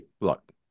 look